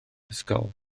ysgol